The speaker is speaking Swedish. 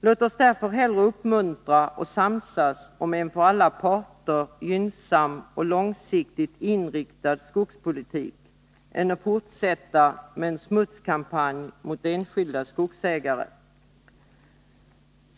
Låt oss därför hellre uppmuntra och samsas om en för alla parter gynnsam och långsiktigt inriktad skogspolitik än att fortsätta med en smutskampanj mot enskilda skogsägare.